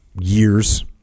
years